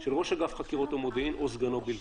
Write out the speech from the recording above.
של ראש אגף חקירות ומודיעין או סגנו בלבד?